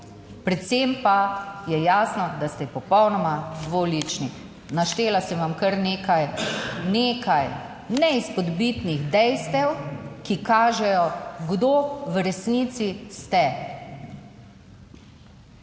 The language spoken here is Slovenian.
Predvsem pa je jasno, da ste popolnoma dvolični. Naštela sem vam kar nekaj, nekaj neizpodbitnih dejstev, ki kažejo, kdo v resnici ste.